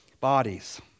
bodies